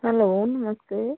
hello ਨਮਸਤੇ